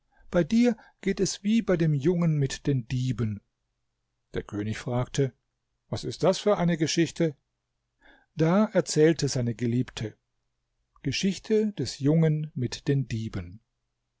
bei dir geht es wie bei dem jungen mit den dieben der könig fragte was ist das für eine geschichte da erzählte seine geliebte geschichte des jungen mit den dieben